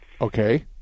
Okay